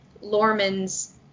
Lorman's